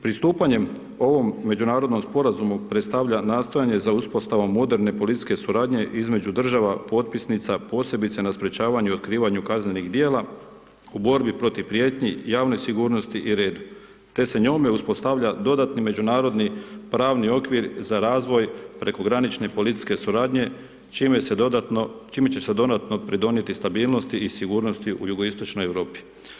Pristupanjem ovom međunarodnom Sporazumu predstavlja nastojanje za uspostavom moderne policijske suradnje između država potpisnica, posebice na sprečavanju i otkrivanju kaznenih dijela u borbi protiv prijetnji, javnoj sigurnosti i redu, te se njome uspostavlja dodatni međunarodni pravni okvir za razvoj prekogranične policijske suradnje, čime će se dodatno pridonijeti stabilnosti i sigurnosti u jugoistočnoj Europi.